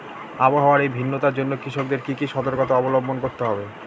আবহাওয়ার এই ভিন্নতার জন্য কৃষকদের কি কি সর্তকতা অবলম্বন করতে হবে?